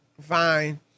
fine